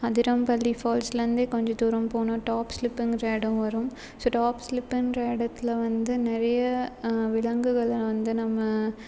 அதிரம்பள்ளி ஃபால்ஸ்லேருந்தே கொஞ்ச தூரம் போனால் டாப்ஸ்லிப்புங்கிற இடம் வரும் ஸோ டாப்ஸ்லிப்புன்ற இடத்துல வந்து நிறைய விலங்குகளை வந்து நம்ம